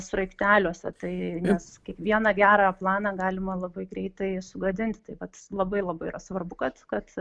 sraigteliuose tai nes kiekvieną gerą planą galima labai greitai sugadinti taip vat labai labai yra svarbu kad kad